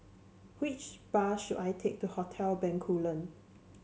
which bus should I take to Hotel Bencoolen